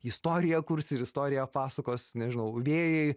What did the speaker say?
istoriją kurs ir istoriją pasakos nežinau vėjai